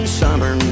summer